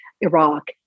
Iraq